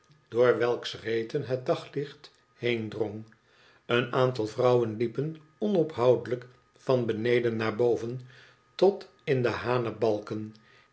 door welks reeten het daglicht heendrong een aantal vrouwen liepen onophoudelijk van beneden naar boven tot in de